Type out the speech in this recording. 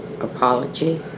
apology